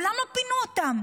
מעולם לא פינו אותם.